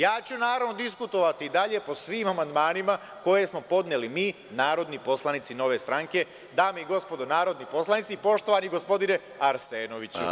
Ja ću, naravno, diskutovati i dalje po svim amandmanima koje smo podneli mi narodni poslanici Nove stranke, dame i gospodo narodni poslanici, poštovani gospodine Arsenoviću.